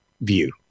view